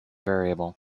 variable